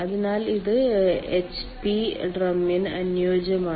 അതിനാൽ ഇത് എച്ച്പി ഡ്രമ്മിന് അനുയോജ്യമാണ്